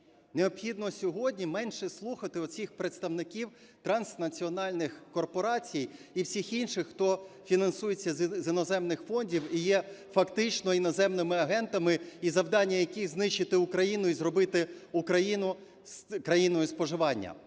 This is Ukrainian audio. Необхідно сьогодні менше слухати оцих представників транснаціональних корпорацій і всіх інших, хто фінансується з іноземних фондів і є фактично іноземними агентами і завдання яких знищити Україну і зробити Україну країною споживання.